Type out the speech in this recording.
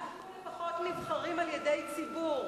אנחנו לפחות נבחרים על-ידי ציבור.